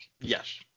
Yes